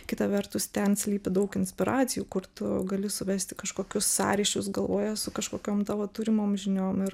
kita vertus ten slypi daug inspiracijų kur tu gali suvesti kažkokius sąryšius galvoje su kažkokiom tavo turimom žiniom ir